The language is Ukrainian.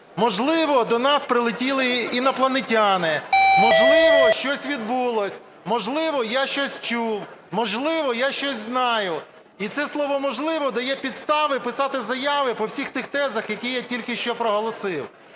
Можливо, до нас прилетіли інопланетяни, можливо, щось відбулось, можливо, я щось чув, можливо, я щось знаю. І це слово "можливо" дає підстави писати заяви по всіх тих тезах, які я тільки що проголосив.